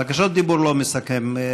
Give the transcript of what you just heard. בקשות דיבור לא מסכמים.